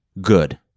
Good